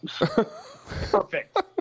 Perfect